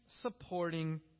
supporting